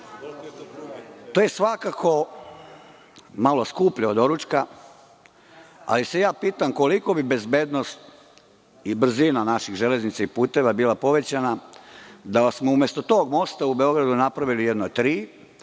To je svakako malo skuplje od doručka, ali se ja pitam koliko bi bezbednost i brzina naših železnica i puteva bila povećana da smo umesto tog mosta u Beogradu napravili jedno tri,